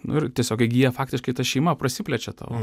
nu ir tiesiog įgyja faktiškai ta šeima prasiplečia tavo